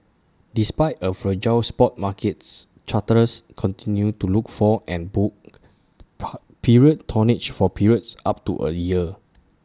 despite A fragile spot markets charterers continued to look for and book period tonnage for periods up to A year